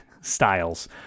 styles